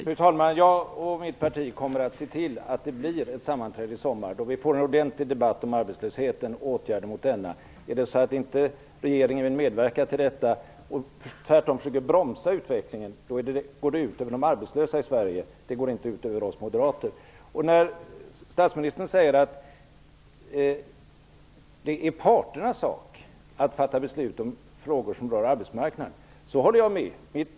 Fru talman! Jag och mitt parti kommer att se till att det blir ett sammanträde i sommar då vi får en ordentlig debatt om arbetslösheten och om åtgärder mot denna. Är det så att inte regeringen vill medverka till detta, utan tvärtom försöker bromsa utvecklingen, så går det ut över de arbetslösa i Sverige, inte över oss moderater. När statsministern säger att det är parternas sak att fatta beslut om frågor som rör arbetsmarknaden så håller jag med.